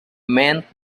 meant